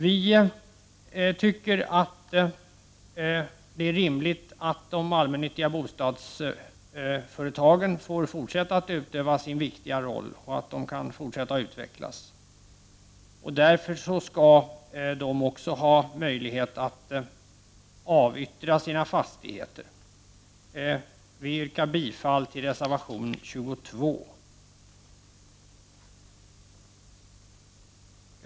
Det är vidare rimligt att de allmännyttiga bostadsföretagen får fortsätta att utöva sin viktiga roll och att de kan fortsätta att utvecklas. Därför skall de också ha möjlighet att avyttra sina fastigheter. Vi yrkar därför bifall till reservation 22.